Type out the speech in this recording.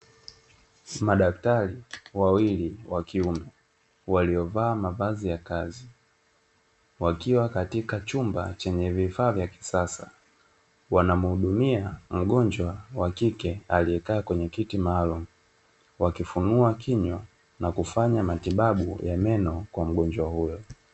Madaktari wawili wa kiume waliova mavazi ya kazi, wakiwa katika chumba chenye vifaa vya kisasa. Wanamhudumia mgonjwa wa kike aliyekaa kwenye kiti maalumu, wakifunua kinywa na kufanya matibabu ya meno kwa mgonjwa huyo.